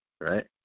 right